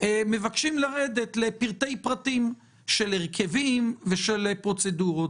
מבקשים לרדת לפרטי פרטים של הרכבים ושל פרוצדורות.